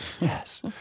Yes